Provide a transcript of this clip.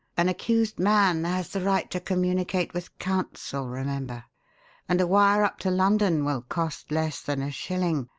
an accused man has the right to communicate with counsel, remember and a wire up to london will cost less than a shilling.